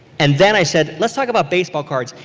and then i said, let's talk about baseball cards.